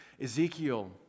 Ezekiel